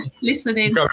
listening